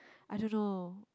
I don't know